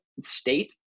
state